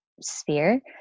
sphere